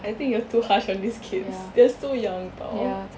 I think you're too harsh on these kids they're so young [tau]